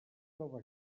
troba